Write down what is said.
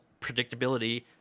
predictability